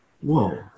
Whoa